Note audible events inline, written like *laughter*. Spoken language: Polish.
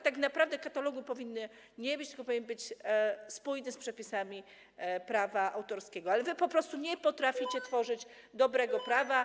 Tak naprawdę katalogu nie powinno być, tylko powinno to być spójne z przepisami prawa autorskiego, ale wy po prostu nie potraficie *noise* tworzyć dobrego prawa.